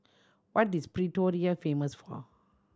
what is Pretoria famous for